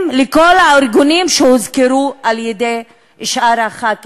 לכל הארגונים שהוזכרו על-ידי שאר חברי